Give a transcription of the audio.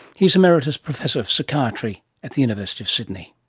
he's emeritus professor of psychiatry at the university of sydney.